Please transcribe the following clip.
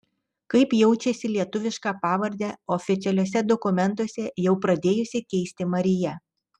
kaip jaučiasi lietuvišką pavardę oficialiuose dokumentuose jau pradėjusi keisti marija